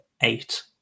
eight